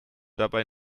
dabei